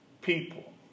people